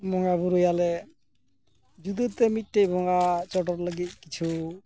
ᱵᱚᱸᱜᱟ ᱵᱩᱨᱩᱭᱟᱞᱮ ᱡᱩᱫᱟᱹᱛᱮ ᱢᱤᱜᱴᱮᱡ ᱵᱚᱸᱜᱟ ᱪᱚᱰᱚᱨ ᱞᱟᱹᱜᱤᱫ ᱠᱤᱪᱷᱩ